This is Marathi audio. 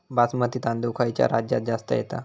बासमती तांदूळ खयच्या राज्यात जास्त येता?